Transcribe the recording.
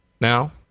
now